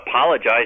apologize